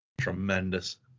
tremendous